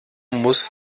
muss